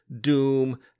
Doom